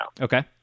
Okay